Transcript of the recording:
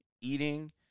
eating